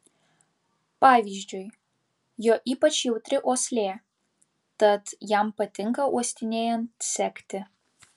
pavyzdžiui jo ypač jautri uoslė tad jam patinka uostinėjant sekti